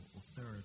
third